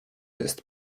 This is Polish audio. jest